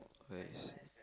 where is it